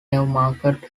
newmarket